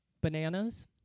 bananas